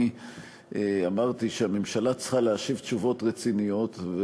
אמרתי שהממשלה צריכה להשיב תשובות רציניות,